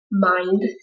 mind